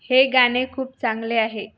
हे गाणे खूप चांगले आहे